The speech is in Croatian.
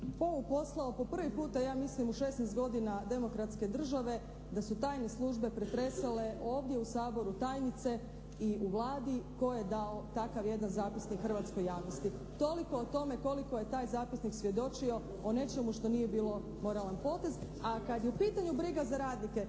poslao po prvi ja mislim u šesnaest godina demokratske države da su tajne službe pretresale ovdje u Saboru tajnice i u Vladi, tko je dao takav jedan zapisnik hrvatskoj javnosti. Toliko o tome koliko je taj zapisnik svjedočio o nečemu što nije bilo moralan porez. A kad je u pitanju briga za radnike,